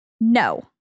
No